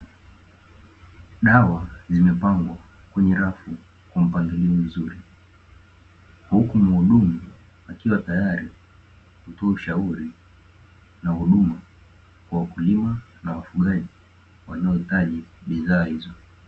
Dawa zimepangwa kwenye rafu kwa mpagilio mzuri, na huku mhudumu akiwa tayari kutoka ushauri na huduma kwa wakulima na wafugaji wanaohitaji bidhaa hizo.